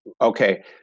okay